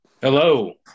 Hello